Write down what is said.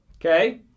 Okay